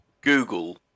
Google